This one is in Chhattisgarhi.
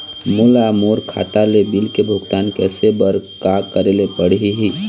मोला मोर खाता ले बिल के भुगतान करे बर का करेले पड़ही ही?